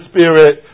Spirit